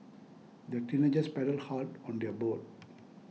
the teenagers paddled hard on their boat